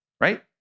right